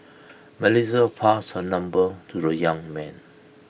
Melissa passed her number to the young man